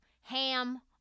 ham